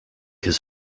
his